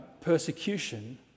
persecution